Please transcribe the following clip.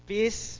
Peace